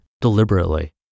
deliberately